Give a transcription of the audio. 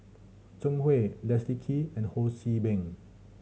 Zhang Hui Leslie Kee and Ho See Beng